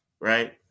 right